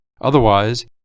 Otherwise